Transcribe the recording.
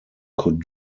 could